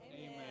Amen